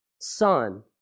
Son